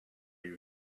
you